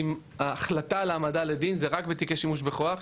אם ההחלטה להעמדה לדין זה רק בתיקי שימוש בכוח,